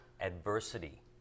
adversity